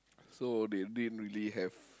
so they didn't really have